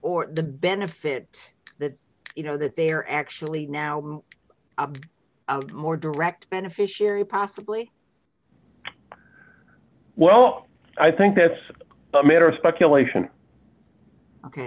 or the benefit that you know that they're actually now more direct beneficiary possibly well i think that's a matter of speculation